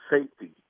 safety